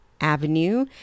Avenue